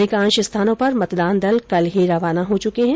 अधिकांश जगह पर मतदान दल कल ही रवाना हो चुके हैं